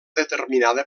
determinada